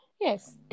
Yes